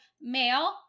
male